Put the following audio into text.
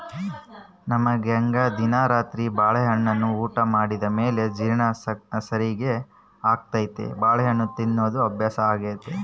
ನಮ್ಮನೆಗ ದಿನಾ ರಾತ್ರಿ ಬಾಳೆಹಣ್ಣನ್ನ ಊಟ ಮಾಡಿದ ಮೇಲೆ ಜೀರ್ಣ ಸರಿಗೆ ಆಗ್ಲೆಂತ ಬಾಳೆಹಣ್ಣು ತಿನ್ನೋದು ಅಭ್ಯಾಸಾಗೆತೆ